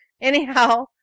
Anyhow